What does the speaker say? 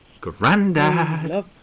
Grandad